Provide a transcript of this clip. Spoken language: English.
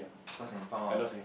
lost and found ah